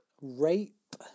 Rape